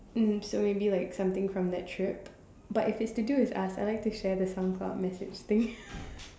mm so maybe like something from that trip but if it's to do with us I like to share the soundcloud message thing